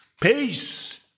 Peace